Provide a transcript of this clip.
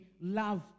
love